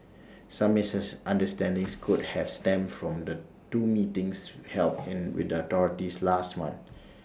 some misses understanding could have stemmed from the two meetings helping with the authorities last month